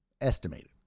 Estimated